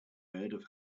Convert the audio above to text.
had